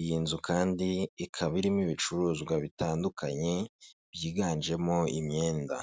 Iyi nzu kandi ikaba irimo ibicuruzwa bitandukanye, byiganjemo imyenda.